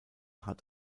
hat